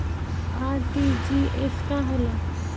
RTGS का होला?